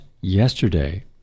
yesterday